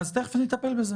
אז תיכף אני אטפל בזה.